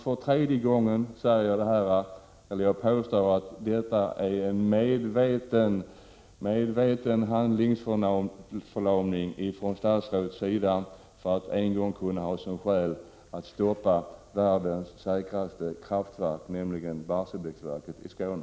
För tredje gången påstår jag att detta är en medveten handlingsförlamning från statsrådets sida, för att en gång kunna ha ett skäl att stoppa världens säkraste kraftverk, nämligen Barsebäcksverket i Skåne.